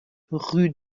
rue